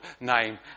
name